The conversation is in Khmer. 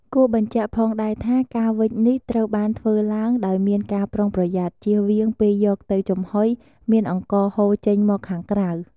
គួរបញ្ជាក់ផងដែរថា ការវេចនេះត្រូវបានធ្វើឡើងដោយមានការប្រុងប្រយ័ត្ន ជៀសវាងពេលយកទៅចំហុយមានអង្ករហូរចេញមកខាងក្រៅ។